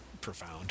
profound